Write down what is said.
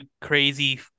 crazy